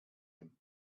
him